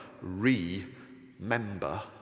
re-member